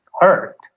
hurt